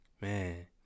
man